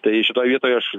tai šitoj vietoj aš